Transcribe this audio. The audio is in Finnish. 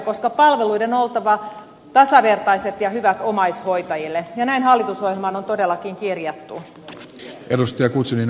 palveluiden on oltava tasavertaiset ja hyvät omaishoitajille ja näin hallitusohjelmaan on todellakin kirjattu